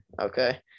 Okay